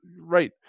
right